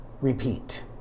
repeat